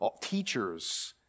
teachers